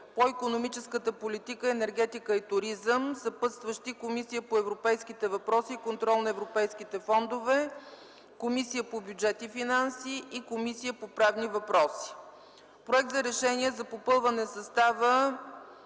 по икономическа политика, енергетика и туризъм, съпътстващи са Комисията по европейските въпроси и контрол на европейските фондове, Комисията по бюджет и финанси и Комисията по правни въпроси. Проект за Решение за попълване състава